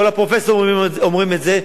כל הפרופסורים אומרים את זה,